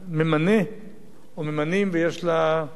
או ממנים, ויש לה כיוון ברור,